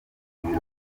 birori